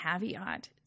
caveat